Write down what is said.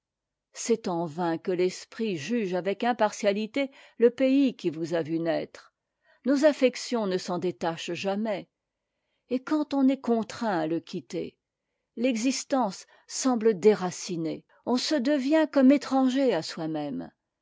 c'est en vain que l'esprit juge avec impartialité le pays qui nous a vus naître nos affections ne s'en détachent jamais et quand on est contraint à le quitter l'existence semble déracinée on se devient comme étranger à soi-même